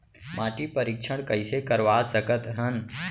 माटी परीक्षण कइसे करवा सकत हन?